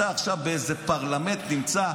אתה עכשיו באיזה פרלמנט נמצא,